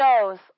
shows